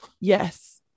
Yes